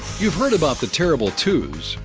you've heard about the terrible two's.